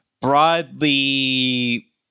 broadly